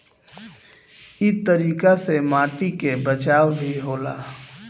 इ तरीका से माटी के बचाव भी होला